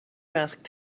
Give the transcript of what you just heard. asked